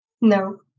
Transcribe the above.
No